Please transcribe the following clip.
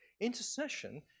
Intercession